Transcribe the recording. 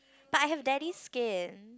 but I have daddy's skin